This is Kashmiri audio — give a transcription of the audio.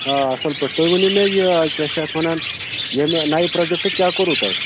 آ اَصٕل پٲٹھۍ تُہۍ ؤنِومےٚ یہِ کیٛاہ چھِ اَتھ وَنان ییٚمہِ نَیہِ پرٛوجَیکٹُک کیٛاہ کوٚروٕ تۅہہِ